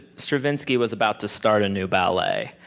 stravinsky was about to start a new ballet.